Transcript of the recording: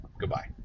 Goodbye